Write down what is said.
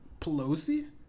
Pelosi